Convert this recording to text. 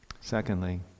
Secondly